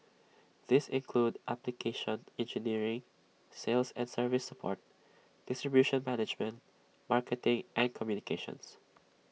these include application engineering sales and service support distribution management marketing and communications